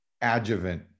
adjuvant